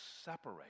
separate